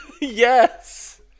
Yes